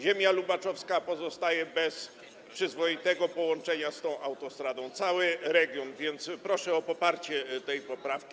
Ziemia lubaczowska pozostaje bez przyzwoitego połączenia z tą autostradą, cały region, więc proszę o poparcie tej poprawki.